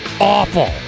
awful